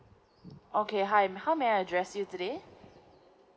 okay hi how may I address you today